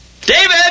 David